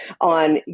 on